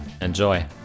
Enjoy